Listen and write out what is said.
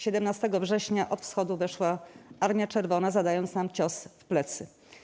17 września od wschodu weszła Armia Czerwona, zadając nam cios w plecy.